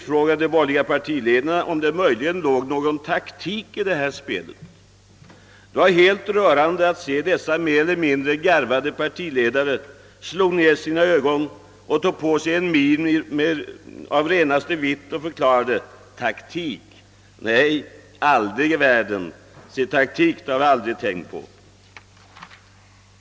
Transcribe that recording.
TV frågade de borgerliga partiledarna om det möjligen låg någon taktik i deras agerande. Det var helt rörande att se dessa mer eller mindre garvade partiledare slå ned ögonlocken och ta på sig en min av renaste vitt när de förklarade att taktik hade de aldrig i världen tänkt på.